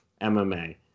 MMA